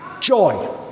Joy